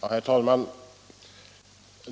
Nr 41 Herr talman!